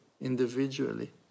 individually